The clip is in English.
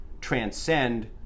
transcend